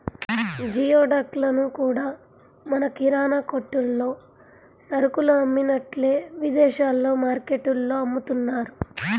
geoduck లను కూడా మన కిరాణా కొట్టుల్లో సరుకులు అమ్మినట్టే విదేశాల్లో మార్టుల్లో అమ్ముతున్నారు